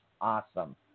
awesome